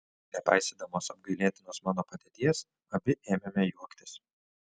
nepaisydamos apgailėtinos mano padėties abi ėmėme juoktis